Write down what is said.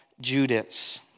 Judas